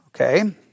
Okay